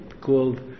Called